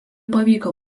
pavyko